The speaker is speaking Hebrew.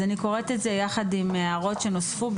אני קוראת את זה יחד עם הערות שנוספו.